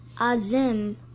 Azim